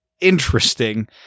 interesting